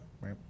Right